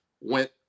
went